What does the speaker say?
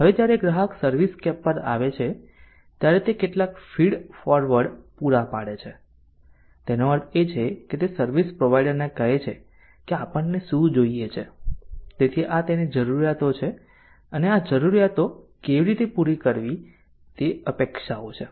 હવે જ્યારે ગ્રાહક સર્વિસસ્કેપ પર આવે છે ત્યારે તે કેટલાક ફીડ ફોરવર્ડ પૂરા પાડે છે તેનો અર્થ એ છે કે તે સર્વિસ પ્રોવાઇડરને કહે છે કે આપણને શું જોઈએ છે તેથી આ તેની જરૂરિયાતો છે અને આ જરૂરિયાતો કેવી રીતે પૂરી કરવી તે અપેક્ષાઓ છે